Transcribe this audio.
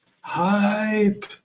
Hype